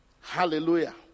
Hallelujah